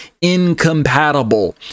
incompatible